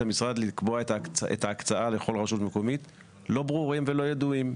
המשרד לקבוע את ההקצאה לכל רשות מקומית לא ברורים ולא ידועים.